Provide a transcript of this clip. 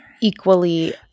equally